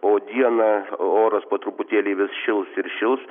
o dieną oras po truputėlį šils ir šils